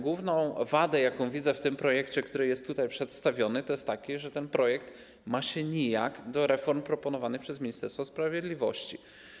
Główna wada, jaką widzę w tym projekcie, który jest tutaj przedstawiony, jest taka, że ten projekt ma się nijak do reform proponowanych przez Ministerstwo Sprawiedliwości.